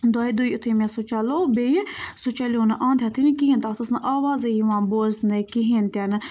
دۄیہِ دُے یُتھُے مےٚ سُہ چَلو بیٚیہِ سُہ چَلیو نہٕ اَنٛد ہٮ۪تھٕے نہٕ کِہیٖنۍ تَتھ ٲس نہٕ آوازَے یِوان بوزنَے کِہیٖنۍ تہِ نہٕ